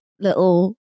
little